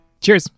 Cheers